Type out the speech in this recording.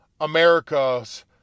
America's